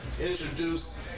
Introduce